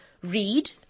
read